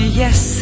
yes